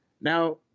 Now